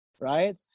right